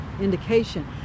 indication